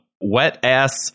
wet-ass